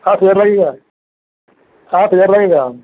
साठ हज़ार लगेगा सात हज़ार लगेगा